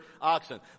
oxen